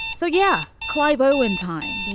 so, yeah clive owen time.